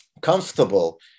comfortable